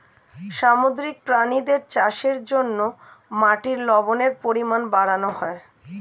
সামুদ্রিক প্রাণীদের চাষের জন্যে মাটির লবণের পরিমাণ বাড়ানো হয়